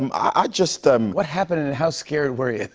um i just what happened and how scared were you?